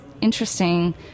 interesting